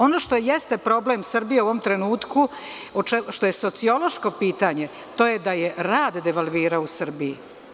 Ono što jeste problem Srbije u ovom trenutku, što je sociološko pitanje, to je da je rad devalvirao u Srbiji.